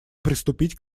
приступить